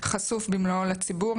חשוף במלואו לציבור,